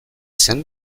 zen